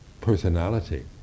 personality